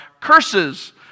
curses